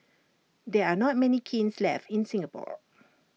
there are not many kilns left in Singapore